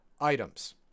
items